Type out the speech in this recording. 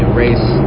race